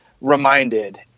reminded